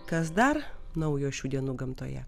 kas dar naujo šių dienų gamtoje